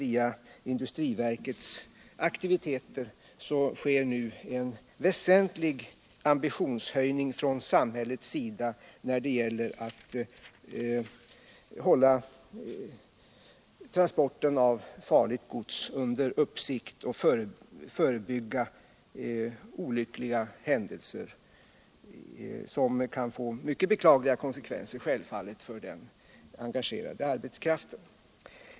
Via industriverkets aktiviteter höjer samhället ambitionen väsentligt när det gäller att hålla transporten av farligt gods under uppsikt och förebygga olyckliga händelser, som självfallet kan få mycket beklagliga konsekvenser för den engagerade arbetskraften.